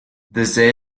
desde